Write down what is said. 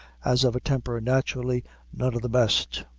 as of a temper naturally none of the best.